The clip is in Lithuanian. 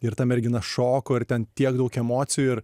ir ta mergina šoko ir ten tiek daug emocijų ir